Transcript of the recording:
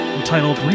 entitled